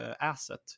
asset